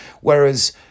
Whereas